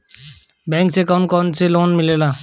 Bank से कौन कौन लोन मिलेला?